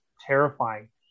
terrifying